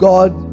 God